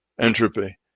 entropy